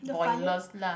pointless lah